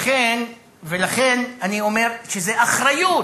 לכן, אני אומר שזו אחריות